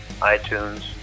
iTunes